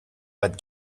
but